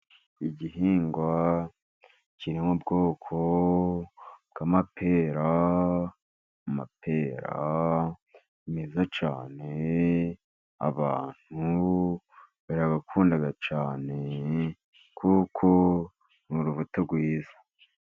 Igihingwa kiriri mu bwoko bw'amapera, amapera ni meza cyane, abantu barayakunda cyane, kuko ni urubuto rwiza.